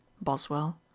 Boswell